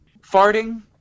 Farting